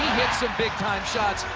hit some big time shots.